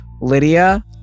Lydia